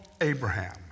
Abraham